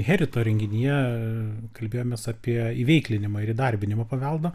herito renginyje kalbėjomės apie įveiklinimą ir įdarbinimą paveldo